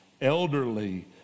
elderly